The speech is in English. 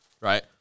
right